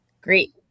Great